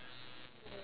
yes